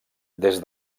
des